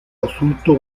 asunto